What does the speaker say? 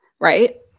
right